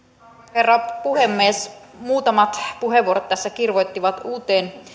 herra puhemies muutamat puheenvuorot tässä kirvoittivat uuteen